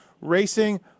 Racing